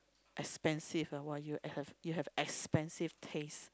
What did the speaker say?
expensive ah !wah! you have a you have expensive taste